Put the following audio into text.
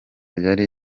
yari